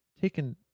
taken